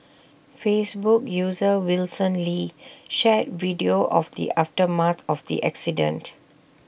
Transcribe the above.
Facebook user Wilson lee shared video of the aftermath of the accident